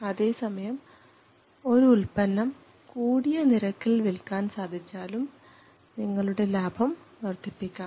അതേസമയം ഒരു ഉൽപ്പന്നം കൂടിയ നിരക്കിൽ വിൽക്കാൻ സാധിച്ചാലും നിങ്ങളുടെ ലാഭം വർദ്ധിപ്പിക്കാം